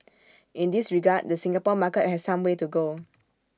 in this regard the Singapore market has some way to go